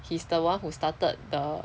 he's the one who started the